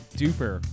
duper